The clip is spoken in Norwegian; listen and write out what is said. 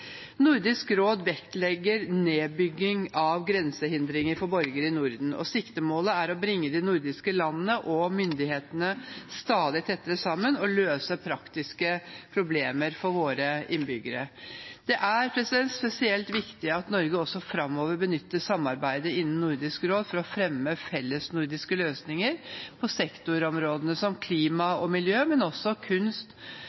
Nordisk råd vektlegger nedbygging av grensehindringer for borgere i Norden, og siktemålet er å bringe de nordiske landene og myndighetene stadig tettere sammen og løse praktiske problemer for våre innbyggere. Det er spesielt viktig at Norge også framover benytter samarbeidet innen Nordisk råd for å fremme fellesnordiske løsninger på sektorområdene